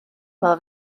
teimlo